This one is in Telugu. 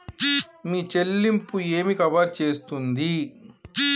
మీ చెల్లింపు ఏమి కవర్ చేస్తుంది?